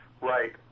Right